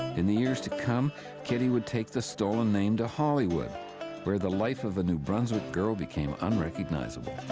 in the years to come kitty would take the stolen name to hollywood where the life of a new brunswick girl became unrecognizable.